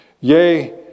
Yea